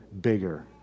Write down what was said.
bigger